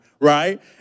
right